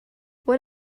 what